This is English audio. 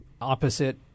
opposite